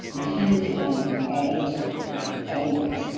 my humans are home all the time. like always,